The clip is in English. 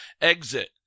exit